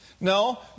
No